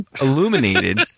illuminated